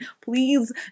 please